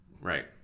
Right